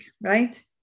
Right